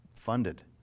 funded